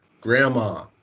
Grandma